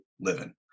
living